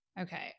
okay